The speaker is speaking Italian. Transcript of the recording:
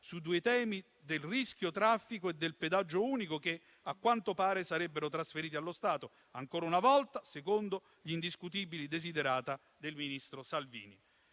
sui due temi del rischio traffico e del pedaggio unico, che a quanto pare sarebbero trasferiti allo Stato, ancora una volta secondo gli indiscutibili *desiderata* del ministro Salvini.